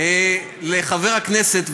לחבר הכנסת,